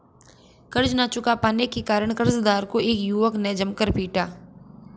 कर्ज ना चुका पाने के कारण, कर्जदार को एक युवक ने जमकर पीटा